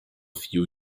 few